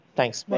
Thanks